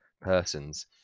persons